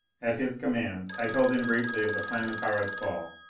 at his command, i told him briefly of the planetara's fall.